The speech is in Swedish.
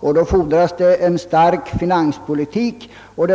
Därför fordras en stark finanspolitik och